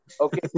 okay